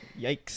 Yikes